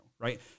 right